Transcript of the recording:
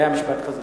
זה היה משפט חזק.